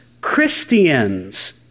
Christians